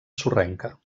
sorrenca